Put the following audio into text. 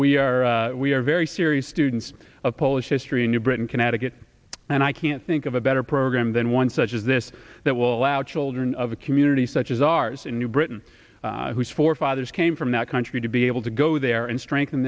we are we are very serious students of polish history in new britain connecticut and i can't think of a better program than one such as this that will allow children of a community such as ours in new britain whose forefathers came from that country to be able to go there and strengthen